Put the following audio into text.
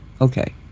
Okay